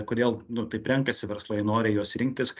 kodėl nu taip renkasi verslai nori juos rinktis